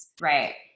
Right